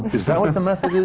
is that what the method